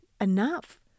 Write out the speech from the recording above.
enough